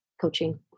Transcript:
coaching